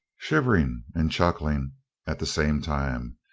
shivering and chuckling at the same time.